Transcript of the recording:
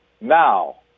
Now